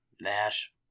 Nash